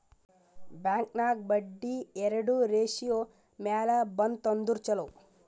bank ನಾಗ್ ಬಡ್ಡಿ ಎರಡು ratio ಮ್ಯಾಲ ಬಂತ್ ಅಂದುರ್ ಛಲೋ